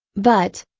but,